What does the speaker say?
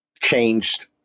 changed